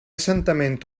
assentament